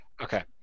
Okay